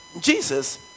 Jesus